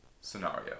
scenario